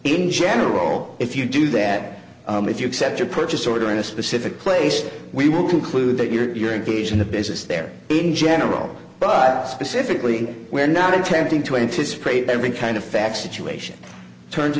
in general if you do that if you accept your purchase order in a specific place we will conclude that you are engaged in the business there in general but specifically we're not attempting to anticipate every kind of fact situation turn to